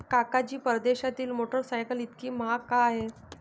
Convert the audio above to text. काका जी, परदेशातील मोटरसायकल इतकी महाग का आहे?